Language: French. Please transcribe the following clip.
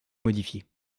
modifiée